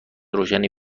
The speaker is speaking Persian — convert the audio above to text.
روشنی